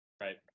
right